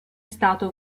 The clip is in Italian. stato